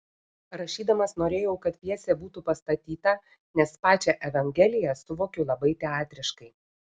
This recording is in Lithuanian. rašydamas norėjau kad pjesė būtų pastatyta nes pačią evangeliją suvokiu labai teatriškai